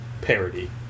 parody